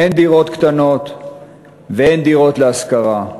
אין דירות קטנות ואין דירות להשכרה.